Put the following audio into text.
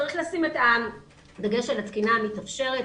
צריך לשים את הדגש על התקינה המתאפשרת,